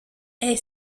est